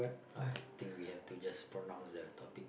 I think we have to just pronounce their topic